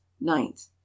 ninth